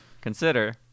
consider